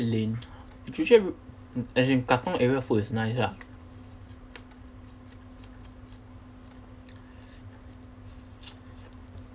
lane joo-chiat as in katong area food is nice ah